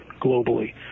globally